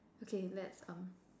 okay let's um